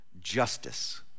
justice